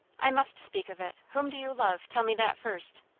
i must speak of it. whom do you love? tell me that first.